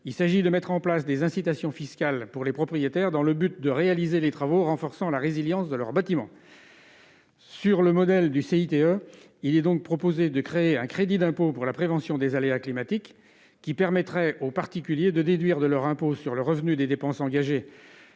par la mise en place d'incitations fiscales pour les propriétaires, afin de réaliser les travaux renforçant la résilience de leurs bâtiments. Nous proposons de créer, sur le modèle du CITE, un crédit d'impôt pour la prévention des aléas climatiques qui permettrait aux particuliers de déduire de leur impôt sur le revenu des dépenses engagées